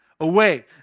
away